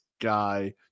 guy